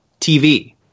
TV